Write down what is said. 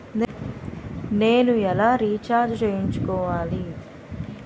నేను ఎలా రీఛార్జ్ చేయించుకోవాలి?